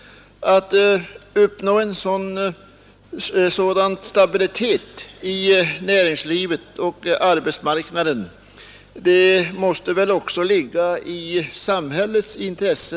Att uppnå en sådan stabilitet i näringslivet och på arbetsmarknaden måste väl också ligga i samhällets intresse.